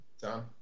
Done